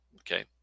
okay